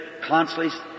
Constantly